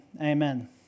Amen